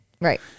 Right